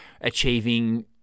achieving